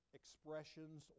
expressions